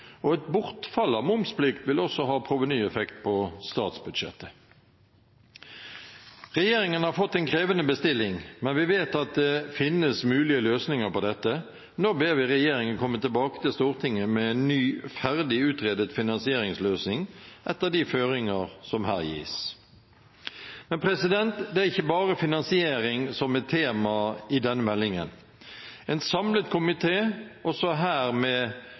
og et bortfall av momsplikt vil også ha provenyeffekt på statsbudsjettet. Regjeringen har fått en krevende bestilling, men vi vet at det finnes mulige løsninger på dette. Nå ber vi regjeringen komme tilbake til Stortinget med en ny, ferdig utredet finansieringsløsning etter de føringene som her gis. Men det er ikke bare finansiering som er tema i denne meldingen. En samlet komité, også her med